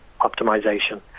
optimization